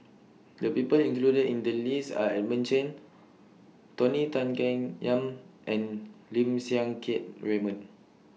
The People included in The list Are Edmund Chen Tony Tan Keng Yam and Lim Siang Keat Raymond